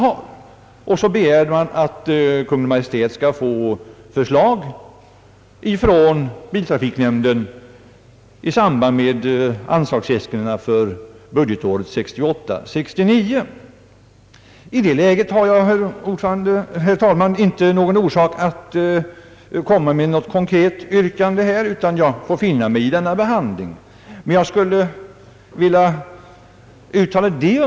Kungl. Maj:t har begärt förslag från biltrafiknämnden i samband med anslagsäskandena för budgetåret 1968/69. I det läget har jag, herr talman, inte någon orsak att komma med något konkret yrkande, utan jag får finna mig i denna behandling.